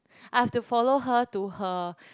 I have to follow her to her